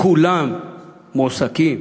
כולם מועסקים?